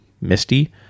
Misty